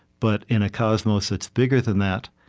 but in a cosmos that's bigger than that,